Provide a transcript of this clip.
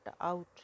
out